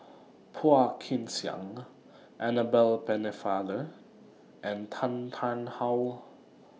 Phua Kin Siang Annabel Pennefather and Tan Tarn How